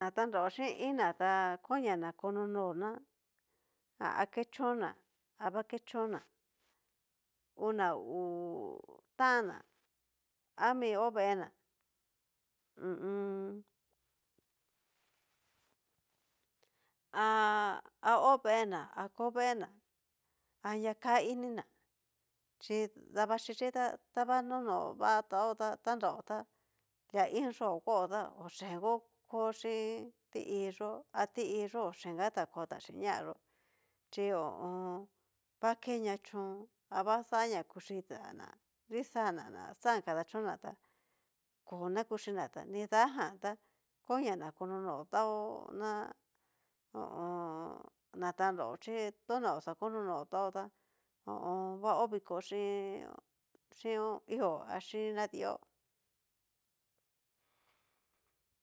Na tanraó kin iná ta konia na kono'nona ha kechón ná, ha va kechón'na una ngu taná ami ho veena hu u un. ha hó veena a kó veena anria ká ininá, chí nadaxhichí ta ta vanono va taó ta ta tanraó tá lia iin yó'o kuaó ta ochengó kó xhin ti iyó a ti iyó oyengata kota cxhín ña'a yó xhí ho o on. vakeña chón ava xaña kuxhita na nrixana na xan kadachóna ko na kuxhina ta nrida ján tá, konia na kononotaó ná ho o on. na tanraó chí tona oxá no notáo tá ho o on. va hó viko xhín ihó a xhín nadió.